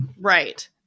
right